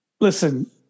Listen